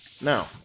Now